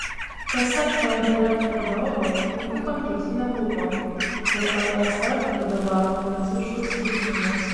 pasak ldf vadovo jokių konfliktų nebuvo kol lsf vadovavo pranciškus eigminas